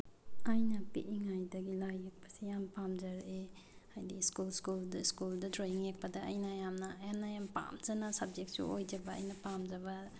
ꯑꯩꯅ ꯄꯤꯛꯏꯉꯩꯗꯒꯤ ꯂꯥꯏ ꯌꯦꯛꯄꯁꯦ ꯌꯥꯝ ꯄꯥꯝꯖꯔꯛꯑꯦ ꯍꯥꯏꯗꯤ ꯁ꯭ꯀꯨꯜ ꯁ꯭ꯀꯨꯜ ꯁ꯭ꯀꯨꯜꯗ ꯗ꯭ꯔꯣꯋꯤꯡ ꯌꯦꯛꯄꯗ ꯑꯩꯅ ꯌꯥꯝꯅ ꯍꯦꯟꯅ ꯌꯥꯝ ꯄꯥꯝꯖꯅ ꯁꯕꯖꯦꯛꯁꯨ ꯑꯣꯏꯖꯕ ꯑꯩꯅ ꯄꯥꯝꯖꯕ